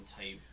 type